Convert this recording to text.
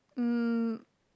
um